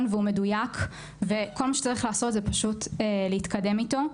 והוא מדוייק וכל מה שצריך לעשות זה פשוט להתקדם איתו.